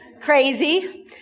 Crazy